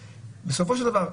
בסופו של דבר,